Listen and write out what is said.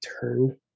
turned